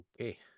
Okay